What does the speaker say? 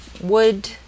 wood